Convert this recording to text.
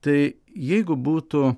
tai jeigu būtų